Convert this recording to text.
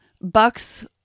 Bucks